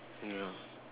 ya